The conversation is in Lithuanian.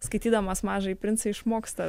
skaitydamas mažąjį princą išmoksta